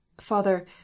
Father